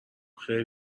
خیلی